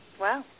Wow